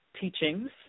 teachings